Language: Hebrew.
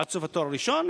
עד סוף התואר הראשון,